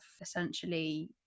essentially